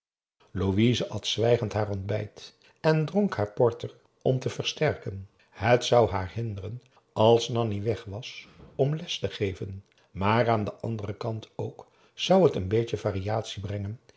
louise at zwijgend haar ontbijt en dronk haar porter om te versterken het zou haar hinderen als nanni weg was om les te geven maar aan den anderen kant ook zou het een beetje variatie brengen